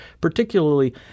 Particularly